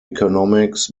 economics